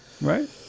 right